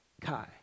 Kai